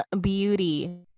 beauty